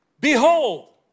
behold